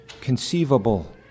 conceivable